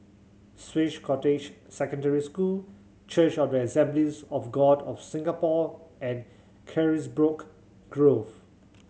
Swiss Cottage Secondary School Church of the Assemblies of God of Singapore and Carisbrooke Grove